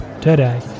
today